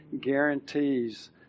Guarantees